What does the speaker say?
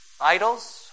idols